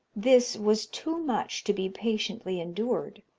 this was too much to be patiently endured.